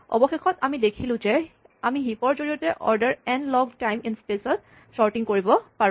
অৱশেষত আমি দেখিলোঁ যে আমি হিপ ৰ জৰিয়তে order n log time in place ত চৰ্টিং কৰিব পাৰোঁ